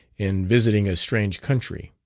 in visiting a strange country.